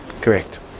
Correct